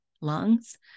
lungs